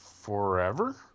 forever